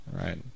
right